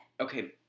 Okay